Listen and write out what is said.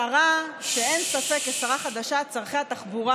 שרה שאין ספק שכשרה חדשה צורכי התחבורה